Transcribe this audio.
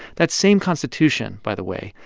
that same constitution, by the way,